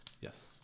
Yes